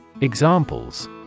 Examples